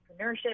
entrepreneurship